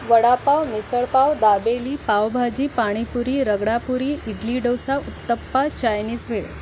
vada pav misal pav dabeli pav bhaji pani puri ragda puri idli dosa uttappa Chinese भेळ